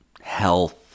health